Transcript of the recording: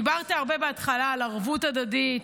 דיברת הרבה בהתחלה על ערבות הדדית,